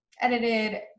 edited